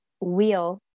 wheel